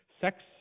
sex